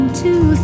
two